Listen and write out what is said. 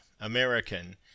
American